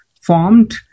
formed